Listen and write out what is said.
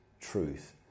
truth